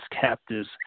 captives